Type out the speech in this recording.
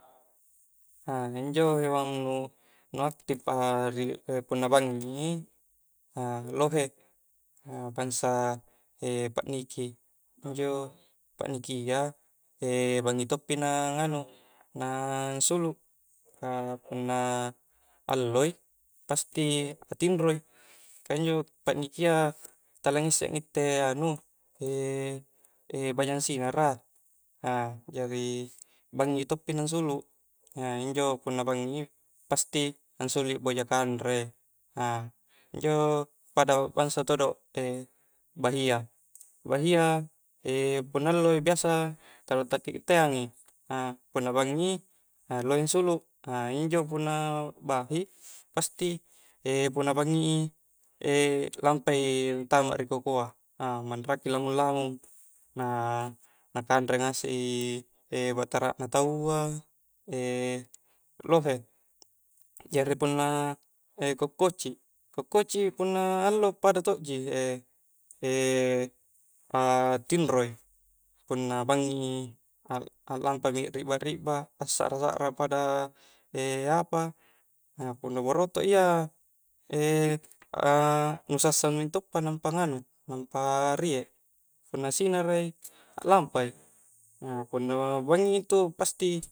injo hewang nu aktif a punna bangngi i lohe, bangsa, pakniki, injo paknikia bangngi todo pi nang nganu ansulu ka punna alloi pasti a tinroi ka injo paknikia tala ngissek ngitte anu bajang sinara, a jari bangngi todo pi nang suluk injo punna bangngi i pasti ansulu i boja kanre, injo pada bangsa todo bahi a, bahia punna allo biasa tala takkitteang i, punna bangngi lohe suluk, injo punna bahi pasti punna bangngi lampai antamak ri kokona tau a, ammanraki lamung lamung, na-nakanre ngasek i batarakna taua lohe, jari punna kokkoci, kokkoci punna allo pada todo ji a tinroi punna bangngi i lampami akrikbak rikbak assakra sakra pada apa, punna burotok ia a nu sassang mintodo pa nampa riek, punna sinarai aklampai, punna bangngi intu pasti